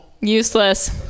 useless